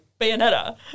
Bayonetta